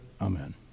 Amen